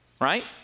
Right